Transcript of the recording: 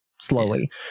slowly